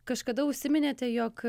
kažkada užsiminėte jog